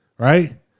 Right